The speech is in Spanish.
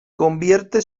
convierte